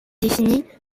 définit